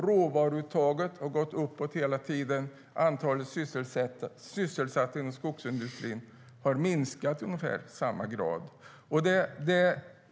Råvaruuttaget har gått uppåt hela tiden, och antalet sysselsatta inom skogsindustrin har minskat i ungefär samma grad.